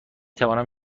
توانم